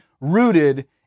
rooted